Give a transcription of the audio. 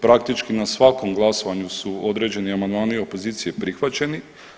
Praktički na svakom glasovanju su određeni amandmani opozicije prihvaćeni.